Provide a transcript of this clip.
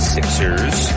Sixers